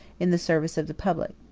in the service of the public.